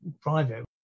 private